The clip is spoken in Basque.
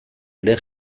ere